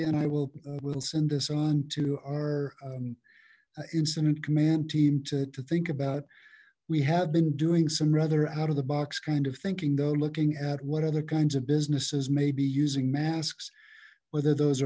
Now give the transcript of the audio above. and i will will send this on to our incident command team to think about we have been doing some rather out of the box kind of thinking though looking at what other kinds of businesses may be using masks whether those